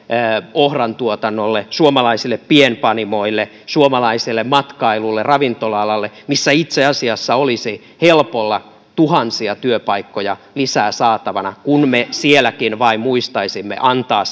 ohrantuotannolle suomalaisille pienpanimoille suomalaiselle matkailulle ravintola alalle missä itse asiassa olisi helpolla tuhansia työpaikkoja lisää saatavana kun me sielläkin vain muistaisimme antaa